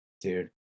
dude